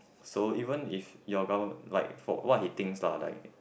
so even if your government like for what he thinks lah like